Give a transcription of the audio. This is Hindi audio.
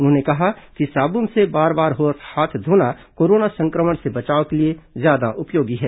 उन्होंने कहा कि साबुन से बार बार हाथ धोना कोरोना संक्रमण से बचाव के लिए ज्यादा उपयोगी है